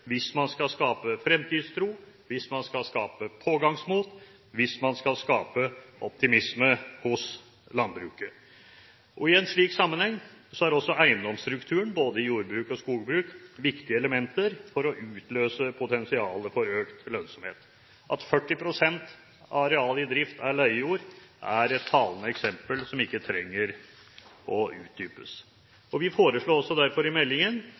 hvis man skal skape fremtidstro, hvis man skal skape pågangsmot, hvis man skal skape optimisme i landbruket. I en slik sammenheng er også eiendomsstrukturen i både jordbruk og skogbruk viktige elementer for å utløse potensialet for økt lønnsomhet. At 40 pst. av arealet i drift er leiejord, er et talende eksempel, som ikke trenger å utdypes. Vi foreslår derfor også i